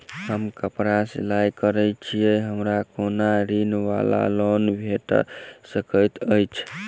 हम कापड़ सिलाई करै छीयै हमरा कोनो ऋण वा लोन भेट सकैत अछि?